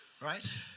right